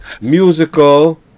Musical